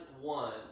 one